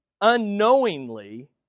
unknowingly